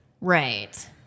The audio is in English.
Right